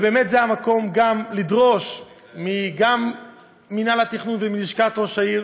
באמת זה המקום לדרוש גם ממינהל התכנון ומלשכת ראש העיר